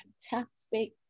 fantastic